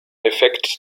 effekt